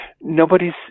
Nobody's